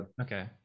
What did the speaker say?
Okay